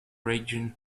region